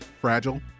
Fragile